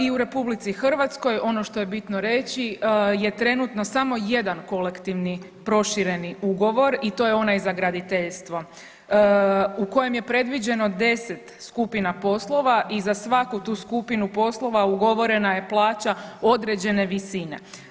I u RH ono što je bitno reći je trenutno samo jedan kolektivni prošireni ugovor i to je onaj za graditeljstvo u kojem je predviđeno 10 skupina poslova i za svaku tu skupinu poslova ugovorena je plaća određene visine.